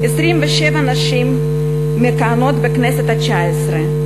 27 נשים מכהנות בכנסת התשע-עשרה,